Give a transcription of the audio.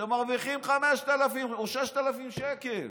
שמרוויחים 5,000 או 6,000 שקל.